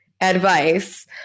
advice